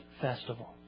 Festival